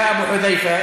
(אומר דברים בשפה הערבית,